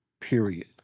Period